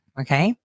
okay